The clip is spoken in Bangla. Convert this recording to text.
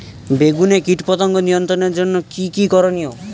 বেগুনে কীটপতঙ্গ নিয়ন্ত্রণের জন্য কি কী করনীয়?